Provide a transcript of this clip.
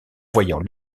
voyant